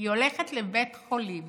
היא הולכת לבית חולים